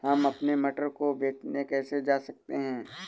हम अपने मटर को बेचने कैसे जा सकते हैं?